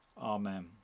Amen